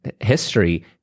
history